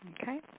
okay